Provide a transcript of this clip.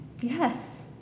yes